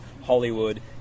Hollywood